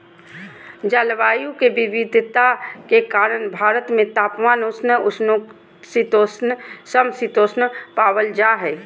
जलवायु के विविधता के कारण भारत में तापमान, उष्ण उपोष्ण शीतोष्ण, सम शीतोष्ण पावल जा हई